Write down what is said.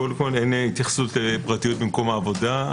קודם כל, אין התייחסות לפרטיות במקום העבודה.